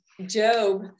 Job